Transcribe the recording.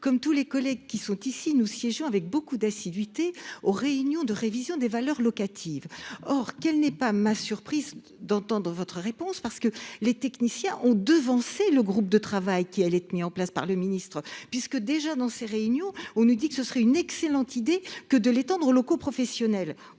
comme tous les collègues qui sont ici nous siégeons avec beaucoup d'assiduité aux réunions de révision des valeurs locatives or qu'elle n'est pas ma surprise d'entendre votre réponse parce que les techniciens ont devancé le groupe de travail qui allait être mis en place par le ministre, puisque déjà dans ces réunions, on nous dit que ce serait une excellente idée que de l'étendre locaux professionnels